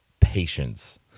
patience